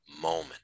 moment